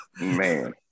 Man